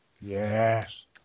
yes